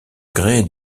grès